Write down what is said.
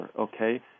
Okay